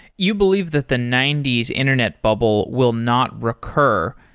you believe that the ninety s internet bubble will not recur.